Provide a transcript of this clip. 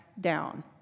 down